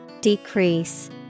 Decrease